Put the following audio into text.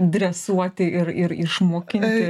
dresuoti ir ir išmokyti